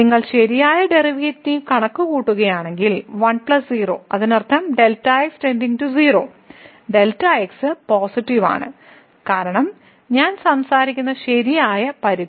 നിങ്ങൾ ശരിയായ ഡെറിവേറ്റീവ് കണക്കുകൂട്ടുകയാണെങ്കിൽ 1 0 അതിനർത്ഥം Δx 0 Δx പോസിറ്റീവ് ആണ് കാരണം ഞാൻ സംസാരിക്കുന്ന ശരിയായ പരിധി